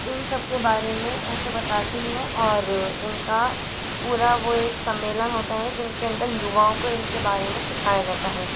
इन सबके बारे में ऐसे बताते हैं और इनका पूरा वो एक सम्मेलन होता है जिनके अंदर युवाओं को उनके बारे में सिखाया जाता है